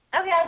Okay